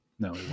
No